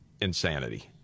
insanity